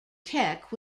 tech